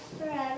forever